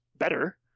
better